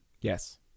Yes